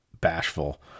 bashful